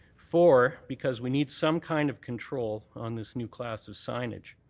for because we need some kind of control on this new class of signage.